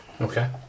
Okay